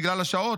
בגלל השעות,